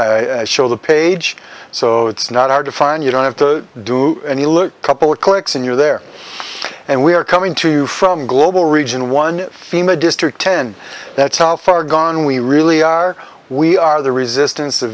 show the page so it's not hard to find you don't have to do and you look couple of clicks and you're there and we are coming to you from global region one fema district ten that's how far gone we really are we are the resistance